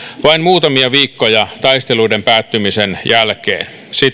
vain muutamia viikkoja taisteluiden päättymisen jälkeen